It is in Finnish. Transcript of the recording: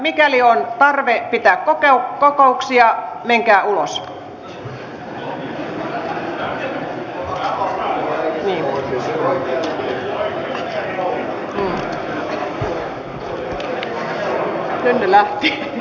mikäli on tarve pitää kokouksia menkää ulos